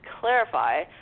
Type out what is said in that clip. clarify